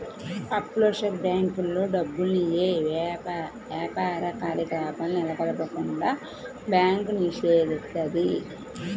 offshore బ్యేంకుల్లో డబ్బుల్ని యే యాపార కార్యకలాపాలను నెలకొల్పకుండా బ్యాంకు నిషేధిత్తది